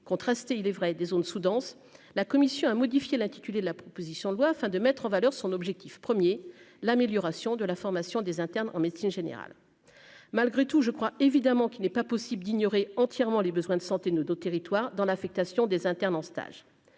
contrastée, il est vrai, et des zones sous-denses, la Commission a modifié l'intitulé de la proposition de loi afin de mettre en valeur son objectif 1er, l'amélioration de la formation des internes en médecine générale, malgré tout je crois évidemment qu'il n'est pas possible d'ignorer entièrement les besoins de santé ne d'autres territoires dans l'affectation des internes en stage,